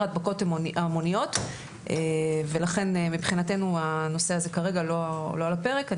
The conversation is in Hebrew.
הדבקות המוניות ולכן מבחינתנו הנושא הזה כרגע לא על הפרק.